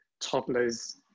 toddlers